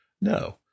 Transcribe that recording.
no